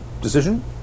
decision